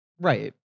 Right